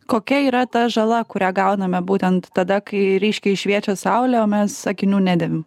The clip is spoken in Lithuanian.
kokia yra ta žala kurią gauname būtent tada kai ryškiai šviečia saulė o mes akinių nedėvim